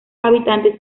habitantes